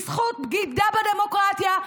בזכות בגידה בדמוקרטיה,